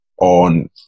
on